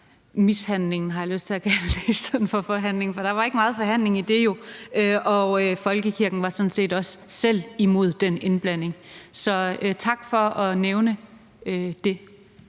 – det har jeg lyst til at kalde det i stedet for forhandlingen, for der var jo ikke meget forhandling i det. Og folkekirken var sådan set også selv imod den indblanding. Så tak for at nævne det.